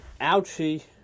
ouchie